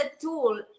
tool